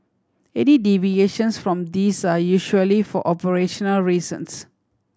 any deviations from these are usually for operational reasons